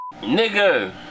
Nigga